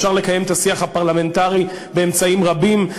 אפשר לקיים את השיח הפרלמנטרי באמצעים רבים,